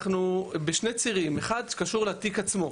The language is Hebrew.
אנחנו בשני צירים, אחד קשור לתיק עצמו.